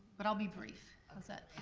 but i'll be brief, that?